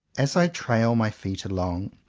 as i trail my feet along,